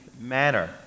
manner